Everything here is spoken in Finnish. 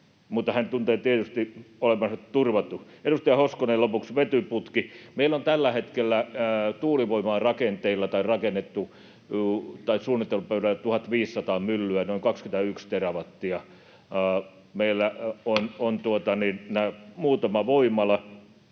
mutta hän tuntee tietysti olevansa turvattu. Edustaja Hoskonen lopuksi, vetyputki: Meillä on tällä hetkellä tuulivoimaa rakenteilla tai rakennettu tai suunnittelupöydällä 1 500 myllyä, noin 21 terawattia. Meillä on [Puhemies